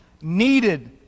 needed